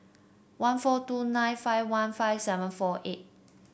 one four two nine five one five seven four eight